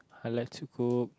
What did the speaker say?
I like to cook